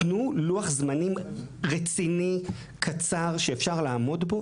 תנו לוח זמנים רציני וקצר אבל שאפשר לעמוד בו,